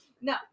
No